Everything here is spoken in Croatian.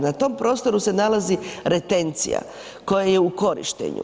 Na tom prostoru se nalazi retencija, koja je u korištenju.